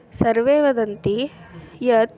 सर्वे वदन्ति यत्